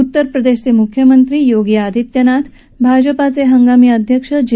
उत्तरप्रदेशचे मुख्यमंत्री योगी आदित्यनाथ भाजपाचे हंगामी अध्यक्ष जे